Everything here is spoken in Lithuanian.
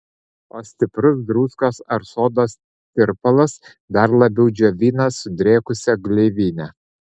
o stiprus druskos ar sodos tirpalas dar labiau džiovina sudirgusią gleivinę